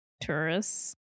tourists